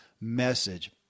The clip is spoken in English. message